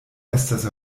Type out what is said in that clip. estas